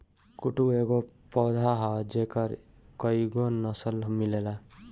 कुटू एगो पौधा ह जेकर कएगो नसल मिलेला